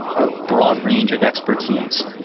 a broad range of expertise,